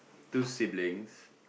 two siblings